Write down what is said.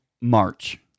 march